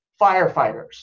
firefighters